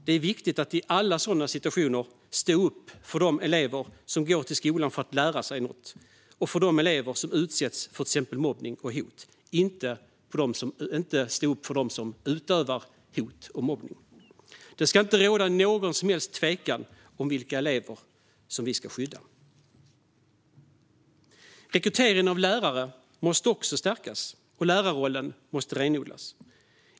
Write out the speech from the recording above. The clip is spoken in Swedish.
Det är viktigt att i alla sådana situationer stå upp för de elever som går till skolan för att lära sig något och för de elever som utsätts för till exempel mobbning och hot, inte stå upp för dem som utövar hot och mobbning. Det ska inte råda någon som helst tvekan om vilka elever vi ska skydda. Rekryteringen av lärare måste också stärkas, och lärarrollen måste renodlas.